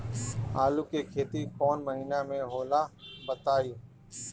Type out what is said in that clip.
आलू के खेती कौन महीना में होला बताई?